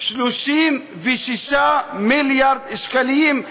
36.476 מיליארד שקלים.